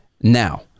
now